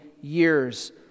years